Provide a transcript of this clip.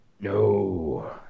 No